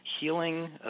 healing